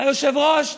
היושב-ראש,